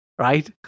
right